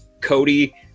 Cody